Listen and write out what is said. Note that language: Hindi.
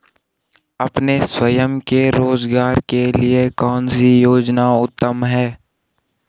अपने स्वयं के रोज़गार के लिए कौनसी योजना उत्तम है?